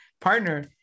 partner